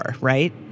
right